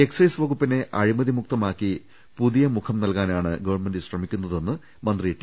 excise വകുപ്പിനെ അഴിമതി മുക്തമാക്കി പുതിയ മുഖം നൽകാനാണ് ഗവൺമെന്റ് ശ്രമിക്കുന്നതെന്ന് മന്ത്രി ടി